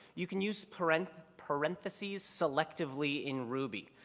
you can use parenthesis parenthesis selectively in ruby.